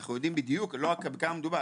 אנחנו יודעים בדיוק לא רק על כמה מדובר.